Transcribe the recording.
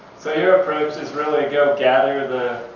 so your approach is is really go gather the